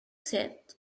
said